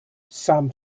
sam